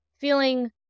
feeling